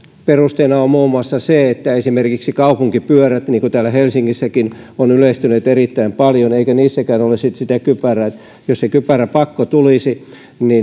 perusteena on muun muassa se että esimerkiksi kaupunkipyörät niin kuin täällä helsingissäkin ovat yleistyneet erittäin paljon eikä niissäkään ole sitten sitä kypärää ja jos se kypäräpakko tulisi